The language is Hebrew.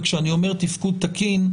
וכשאני אומר תפקוד תקין,